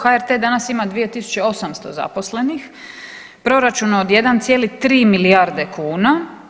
HRT danas ima 2800 zaposlenih, proračun od 1,3 milijarde kuna.